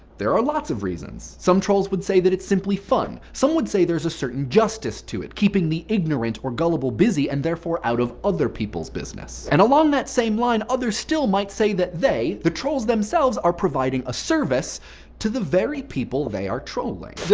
there are lots of reasons. some trolls would say that it's simply fun. some would say there's a certain justice to it keeping the ignorant or gullible busy and therefore out of other people's business. and along that same line, others still might say that they, the trolls themselves, are providing a service to the very people they are trolling. yeah